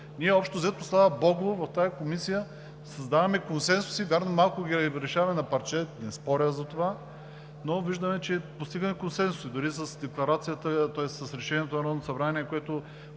Общо взето, слава богу, в тази комисия създаваме консенсус и вярно малко ги решаваме на парче – не споря за това, но виждаме, че постигаме консенсус дори с Решението на Народното събрание,